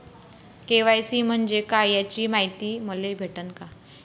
KYC म्हंजे काय याची मायती मले भेटन का?